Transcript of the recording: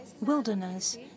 wilderness